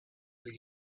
were